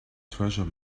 treasure